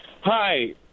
Hi